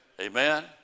Amen